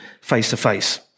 face-to-face